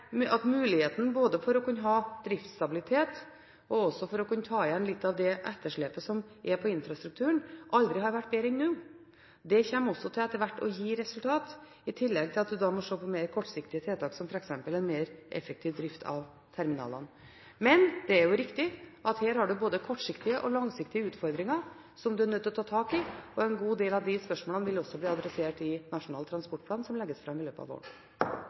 på infrastrukturen, aldri har vært bedre enn nå. Dette kommer også etter hvert til å gi resultater, i tillegg til at man da må se på mer kortsiktige tiltak, som f.eks. en mer effektiv drift av terminalene. Men det er jo riktig at her har man både kortsiktige og langsiktige utfordringer som man er nødt til å ta tak i, og en god del av de spørsmålene vil også bli adressert i Nasjonal transportplan som legges fram i løpet av våren.